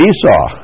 Esau